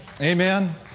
Amen